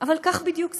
אבל כך זה בדיוק קורה,